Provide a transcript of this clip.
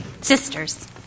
sisters